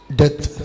death